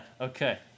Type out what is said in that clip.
okay